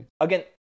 Again